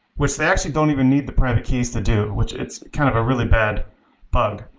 which they actually don't even need the private keys to do, which it's kind of a really bad bug.